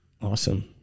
Awesome